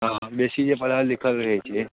हँ बेसी जे पढ़ल लिखल रहै छै